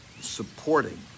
supporting